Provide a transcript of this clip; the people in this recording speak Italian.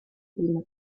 prima